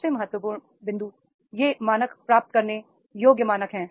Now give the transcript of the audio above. सबसे महत्वपूर्ण बिंदु ये मानक प्राप्त करने योग्य मानक हैं